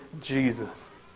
Jesus